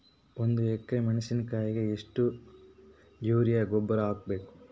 ಒಂದು ಎಕ್ರೆ ಮೆಣಸಿನಕಾಯಿಗೆ ಎಷ್ಟು ಯೂರಿಯಾ ಗೊಬ್ಬರ ಹಾಕ್ಬೇಕು?